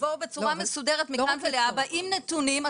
תבואו בצורה מסודרת מכאן ולהבא עם נתונים,